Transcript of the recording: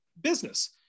business